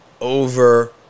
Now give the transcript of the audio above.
over